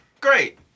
great